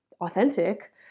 authentic